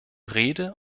rede